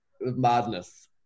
madness